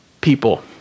People